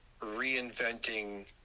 reinventing